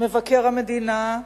מבקר המדינה,